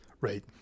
Right